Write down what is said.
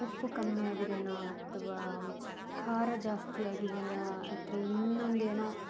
ಉಪ್ಪು ಕಮ್ಮಿ ಆಗಿದೇಯೋ ಅಥವಾ ಖಾರ ಜಾಸ್ತಿ ಆಗಿದೆಯಾ ಆ ಥರ ಇನ್ನೊಂದು ಏನೋ